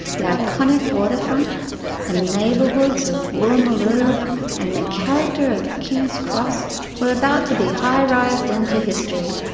yeah iconic waterfront and neighbourhoods of woolloomooloo and the character of kings cross were about to be high-rised into history.